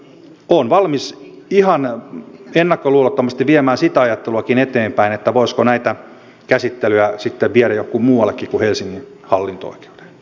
olen valmis ihan ennakkoluulottomasti viemään sitäkin ajattelua eteenpäin että voisiko näitä käsittelyjä sitten viedä jonnekin muualle kuin helsingin hallinto oikeuden puolelle